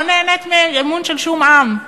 לא נהנית מאמון של שום עם.